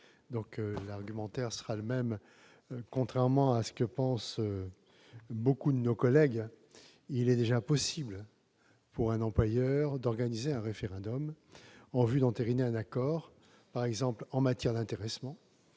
n 27 rectifié et 96, contrairement à ce que pensent nombre de nos collègues, il est déjà possible pour un employeur d'organiser un référendum en vue d'entériner un accord, par exemple en matière d'intéressement